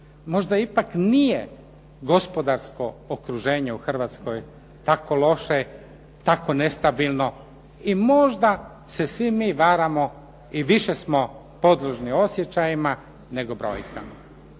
možda ipak nije gospodarsko okruženje u Hrvatskoj tako loše, tako nestabilno i možda se svi mi varamo i više smo podložni osjećajima nego brojkama.